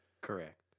Correct